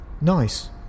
Nice